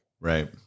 right